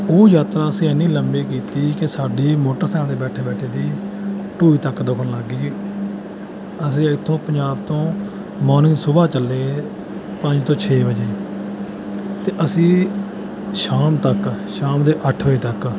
ਉਹ ਯਾਤਰਾ ਅਸੀਂ ਇੰਨੀ ਲੰਬੀ ਕੀਤੀ ਕਿ ਸਾਡੀ ਮੋਟਰ ਸਾਈਕਲ 'ਤੇ ਬੈਠੇ ਬੈਠੇ ਦੀ ਢੂਹੀ ਤੱਕ ਦੁਖਣ ਲੱਗ ਗੀ ਜੀ ਅਸੀਂ ਇੱਥੋਂ ਪੰਜਾਬ ਤੋਂ ਮੋਰਨਿੰਗ ਸੁਬਾਹ ਚੱਲੇ ਪੰਜ ਤੋਂ ਛੇ ਵਜੇ ਅਤੇ ਅਸੀਂ ਸ਼ਾਮ ਤੱਕ ਸ਼ਾਮ ਦੇ ਅੱਠ ਵਜੇ ਤੱਕ